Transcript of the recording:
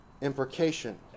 imprecation